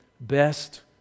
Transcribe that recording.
best